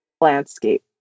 landscape